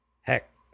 heck